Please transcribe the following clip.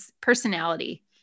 personality